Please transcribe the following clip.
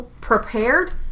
prepared